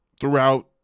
throughout